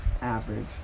Average